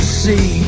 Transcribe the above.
see